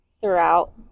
throughout